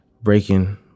breaking